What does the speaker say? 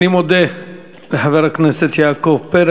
אני מודה לחבר הכנסת יעקב פרי.